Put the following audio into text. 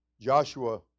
Joshua